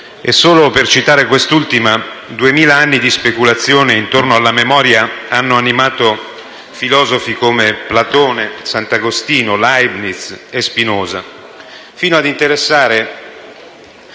Solo per citare quest'ultima, duemila anni di speculazione intorno alla memoria hanno animato filosofi come Platone, Sant'Agostino, Leibniz e Spinoza, fino ad interessare